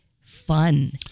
fun